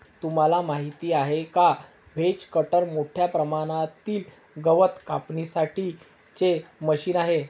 तुम्हाला माहिती आहे का? व्हेज कटर मोठ्या प्रमाणातील गवत कापण्यासाठी चे मशीन आहे